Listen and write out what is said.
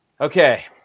okay